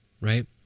right